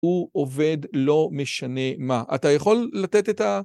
‫הוא עובד לא משנה מה. ‫אתה יכול לתת את ה...